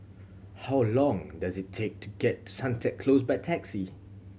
how long does it take to get Sunset Close by taxi